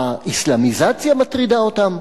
האסלאמיזציה מטרידה אותם.